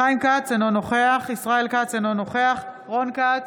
חיים כץ, אינו נוכח ישראל כץ, אינו נוכח רון כץ,